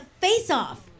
face-off